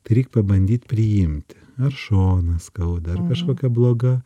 tai reik pabandyt priimti ar šoną skauda ar kažkokia bloga